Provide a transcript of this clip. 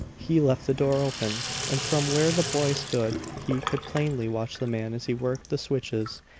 he left the door open and from where the boy stood he could plainly watch the man as he worked the switches,